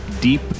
deep